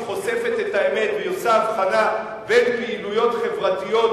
חושפת את האמת והיא עושה הבחנה בין פעילויות חברתיות